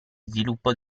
sviluppo